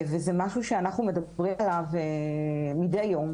זה משהו שאנחנו מדברים עליו מדי יום,